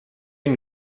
une